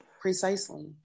precisely